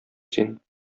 син